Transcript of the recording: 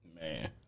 Man